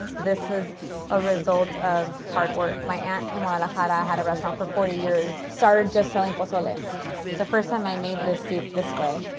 this is a result of hard work. my aunt in guadalajara had a restaurant for forty years. started just selling pozole. the first time i made this soup this way,